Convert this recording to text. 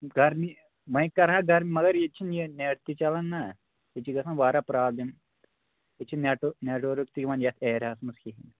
گَرمی ونۍ کَرہا گَرم مگر ییٚتہِ چھِنہٕ یہِ نٮ۪ٹ تہِ چَلان نا ییٚتہِ چھِ گژھان واریاہ پرٛابلِم ییٚتہِ چھِ نٮ۪ٹ نٮ۪ٹؤرٕک تہِ یِوَان یَتھ اٮ۪ریاہَس منٛز کِہیٖنۍ